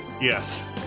Yes